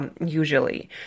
usually